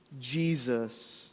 Jesus